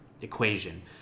equation